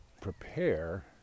prepare